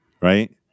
right